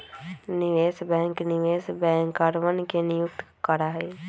निवेश बैंक निवेश बैंकरवन के नियुक्त करा हई